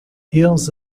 eles